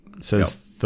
says